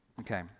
Okay